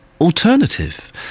alternative